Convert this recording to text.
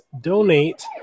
donate